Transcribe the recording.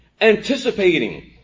anticipating